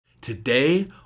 Today